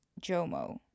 JOMO